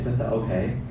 okay